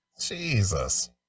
Jesus